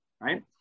right